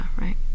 right